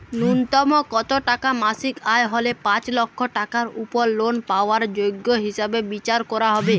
ন্যুনতম কত টাকা মাসিক আয় হলে পাঁচ লক্ষ টাকার উপর লোন পাওয়ার যোগ্য হিসেবে বিচার করা হবে?